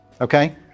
Okay